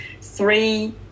three